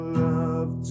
love